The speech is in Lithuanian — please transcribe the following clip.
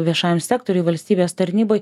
viešajam sektoriui valstybės tarnyboj